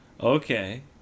Okay